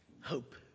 Hope